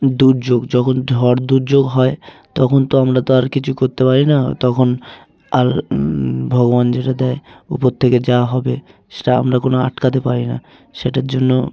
দুর্যোগ যখন ঝড় দুর্যোগ হয় তখন তো আমরা তো আর কিছু করতে পারি না তখন আর ভগবান যেটা দেয় উপর থেকে যা হবে সেটা আমরা কোনো আটকাতে পারি না সেটার জন্য